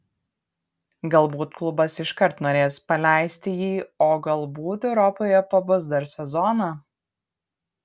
galbūt klubas iškart norės paleisti jį o galbūt europoje pabus dar sezoną